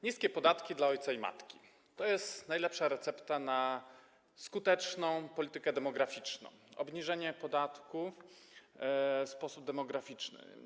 Niskie podatki dla ojca i matki - to jest najlepsza recepta na skuteczną politykę demograficzną: obniżenie podatków w sposób demograficzny.